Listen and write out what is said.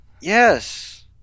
Yes